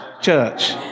church